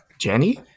Jenny